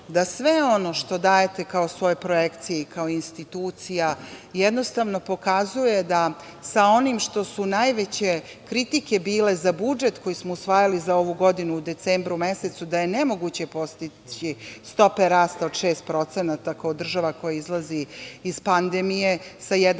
da sve ono što dajete kao svoje projekcije i kao institucija, jednostavno pokazuje da sa onim što su najveće kritike bile za budžet koji smo usvajali za ovu godinu u decembru mesecu, da je nemoguće postići stope rasta od 6% kao država koja izlazi iz pandemije sa 1%